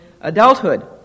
adulthood